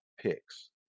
picks